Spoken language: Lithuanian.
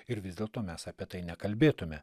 ir vis dėlto mes apie tai nekalbėtume